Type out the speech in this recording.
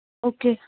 okay